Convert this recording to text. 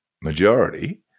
majority